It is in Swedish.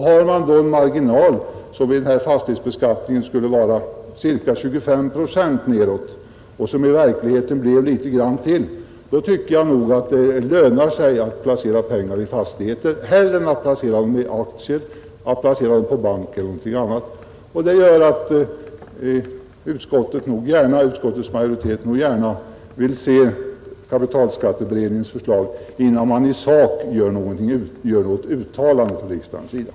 Har man då en marginal, som vid fastighetsbeskattningen skulle vara ca 25 procent neråt men som i verkligheten blir något större, tycker jag nog att det lönar sig bättre att placera pengar i fastigheter än i aktier, i bank eller någonting annat. Utskottets majoritet vill därför gärna se kapitalskatteberedningens förslag innan riksdagen gör något uttalande i sak.